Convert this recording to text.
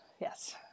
Yes